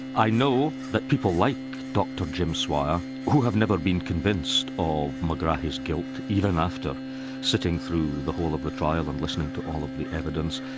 i know that people like dr jim swire who have never been convinced of megrahi's guilt, even after sitting through the whole of the trial and listening to all of the evidence,